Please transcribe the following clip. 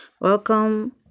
Welcome